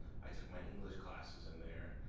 i took my english classes in there